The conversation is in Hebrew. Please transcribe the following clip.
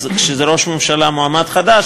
כשזה ראש ממשלה שהוא מועמד חדש,